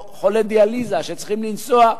או חולי דיאליזה שצריכים לנסוע.